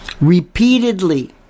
Repeatedly